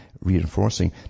reinforcing